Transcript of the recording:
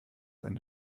eine